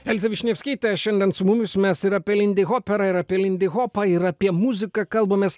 elzė vyšniavkytė šiandien su mumis mes ir apie lindyhoperą ir apie lindyhopą ir apie muziką kalbamės